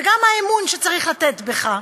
וגם האמון שצריך לתת בך,